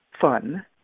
fun